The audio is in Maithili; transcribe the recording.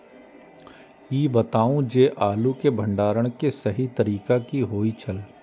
ई बताऊ जे आलू के भंडारण के सही तरीका की होय छल?